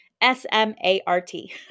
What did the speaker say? S-M-A-R-T